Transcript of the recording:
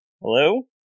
hello